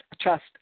trust